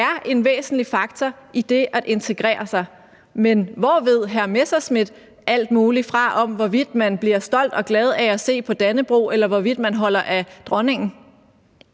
er en væsentlig faktor i det at integrere sig. Men hvorfra ved hr. Morten Messerschmidt alt muligt om, hvorvidt man bliver stolt og glad af at se på dannebrog, eller hvorvidt man holder af dronningen?